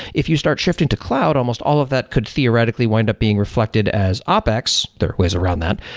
if you start shifting to cloud, almost all of that could theoretically wind up being reflected as ah opex. there are ways around that.